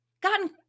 gotten